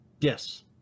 Yes